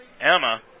Emma